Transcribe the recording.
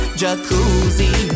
jacuzzi